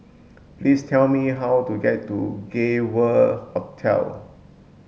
please tell me how to get to Gay World Hotel